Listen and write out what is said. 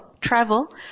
travel